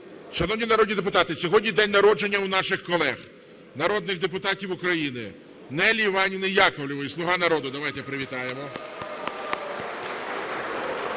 Шановні народні депутати, сьогодні день народження у наших колег народних депутатів України: Неллі Іллівни Яковлєвої, "Слуга народу". Давайте привітаємо.